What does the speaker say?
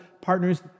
partners